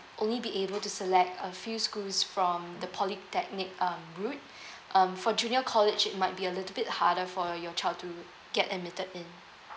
only be able to select a few schools from the polytechnic um route um for junior college it might be a little bit harder for your child to get admitted in